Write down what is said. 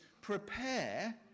prepare